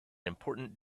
important